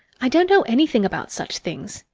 i don't know anything about such things,